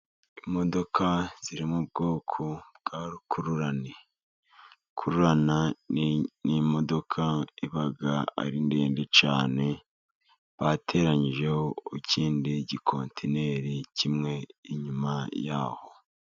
Imodoka ziri mu bwoko bwa rukururana, rukurana n'imodoka iba ari ndende cyane bateranyijeho ikindi gikontineri kimwe inyuma yaho.